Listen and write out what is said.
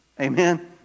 Amen